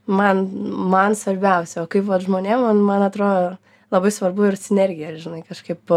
man man svarbiausia o kaip vat žmonėm man man atro labai svarbu ir sinergija ir žinai kažkaip